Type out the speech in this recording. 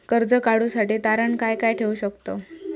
कर्ज काढूसाठी तारण काय काय ठेवू शकतव?